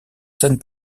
scène